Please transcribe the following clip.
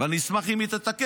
ואני אשמח אם היא תתקן,